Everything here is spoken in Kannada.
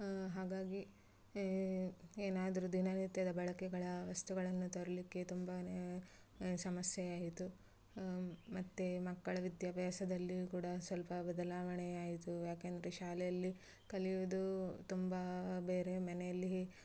ಹಾಗಾಗಿ ಏನಾದರು ದಿನನಿತ್ಯದ ಬಳಕೆಗಳ ವಸ್ತುಗಳನ್ನು ತರಲಿಕ್ಕೆ ತುಂಬಾ ಸಮಸ್ಯೆಯಾಯಿತು ಮತ್ತು ಮಕ್ಕಳ ವಿದ್ಯಾಭ್ಯಾಸದಲ್ಲಿಯೂ ಕೂಡ ಸ್ವಲ್ಪ ಬದಲಾವಣೆಯಾಯಿತು ಯಾಕಂದ್ರೆ ಶಾಲೆಯಲ್ಲಿ ಕಲಿಯುವುದು ತುಂಬ ಬೇರೆ ಮನೆಯಲ್ಲಿ